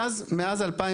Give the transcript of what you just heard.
מאז 2011,